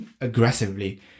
aggressively